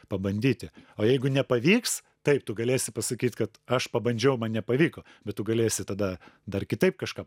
pabandyti o jeigu nepavyks taip tu galėsi pasakyt kad aš pabandžiau man nepavyko bet tu galėsi tada dar kitaip kažką